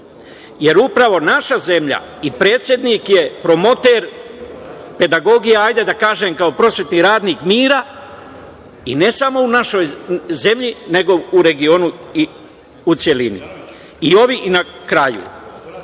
jer upravo naša zemlja i predsednik je promoter pedagogije, hajde da kažem kao prosvetni radnik, mira i ne samo u našoj zemlji, nego i u regionu i u celini.I na kraju,